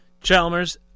Chalmers